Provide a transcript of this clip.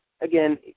again